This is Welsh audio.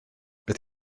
beth